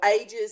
ages